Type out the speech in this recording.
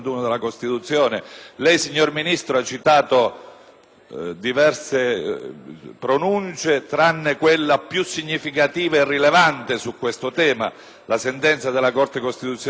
diverse pronunce, tranne quella più significativa e rilevante sul tema: la sentenza della Corte costituzionale n. 226 del 1976 che dispone